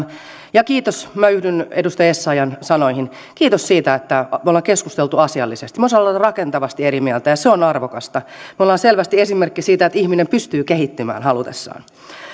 ja kiitos minä yhdyn edustaja essayahn sanoihin kiitos siitä että me olemme keskustelleet asiallisesti me olemme osanneet olla rakentavasti eri mieltä ja se on arvokasta me olemme selvästi esimerkki siitä että ihminen pystyy kehittymään halutessaan